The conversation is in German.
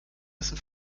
dessen